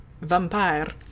Vampire